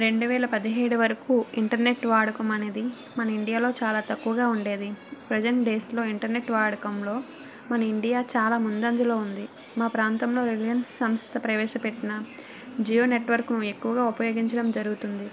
రెండువేల పదిహేను వరకు ఇంటర్నెట్ వాడకం అనేది మన ఇండియాలో చాలా తక్కువగా ఉండేది ప్రెసెంట్ డేస్లో ఇంటర్నెట్ వాడకంలో మన ఇండియా చాలా ముందంజలో ఉంది మా ప్రాంతంలో రిలయన్స్ సంస్థ ప్రవేశపెట్టిన జియో నెట్వర్క్ ఎక్కువ ఉపయోగించడం జరుగుతుంది